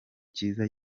cyiza